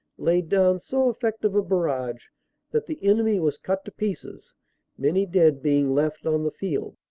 laid down so effective a barrage that the enemy was cut to pieces many dead being left on the field.